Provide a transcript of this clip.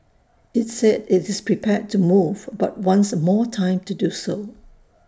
IT said IT is prepared to move but wants more time to do so